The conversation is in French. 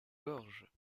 gorge